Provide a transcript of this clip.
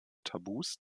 tabus